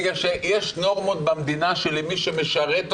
בגלל שיש נורמות במדינה שלמי שמשרת אותה,